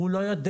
הוא לא יודע